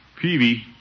Peavy